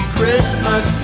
Christmas